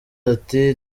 ati